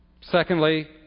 Secondly